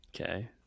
Okay